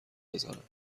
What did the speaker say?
بزنم